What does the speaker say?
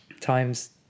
times